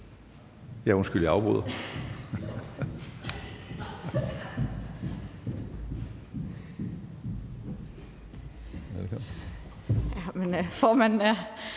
Ja, undskyld, at jeg afbryder.